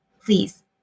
Please